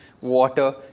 water